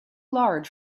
large